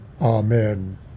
Amen